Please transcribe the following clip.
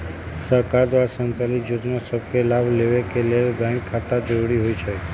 सरकार द्वारा संचालित जोजना सभके लाभ लेबेके के लेल बैंक खता जरूरी होइ छइ